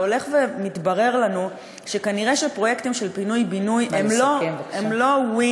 והולך ומתברר לנו שכנראה שפרויקטים של פינוי-בינוי הם לא,